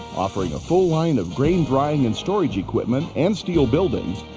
offering a full line of grain drying and storage equipment and steel buildings,